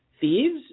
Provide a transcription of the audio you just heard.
thieves